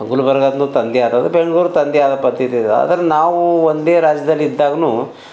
ಗುಲ್ಬರ್ಗಾ ತನ್ನದೇ ಆದ ಬೆಂಗ್ಳೂರು ತನ್ನದೇ ಆದ ಪದ್ದತಿಯದ ಆದರೆ ನಾವೂ ಒಂದೇ ರಾಜ್ಯದಲ್ಲಿ ಇದ್ದಾಗ್ನೂ